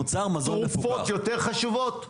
תרופות יותר חשובות?